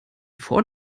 vor